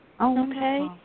Okay